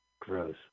Gross